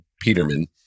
peterman